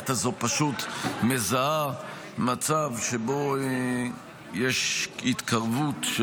המערכת הזו פשוט מזהה מצב שבו יש התקרבות,